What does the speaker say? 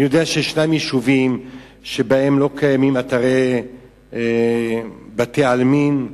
אני יודע שיש יישובים שלא קיימים בהם בתי-עלמין,